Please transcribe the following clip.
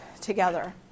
together